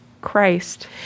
Christ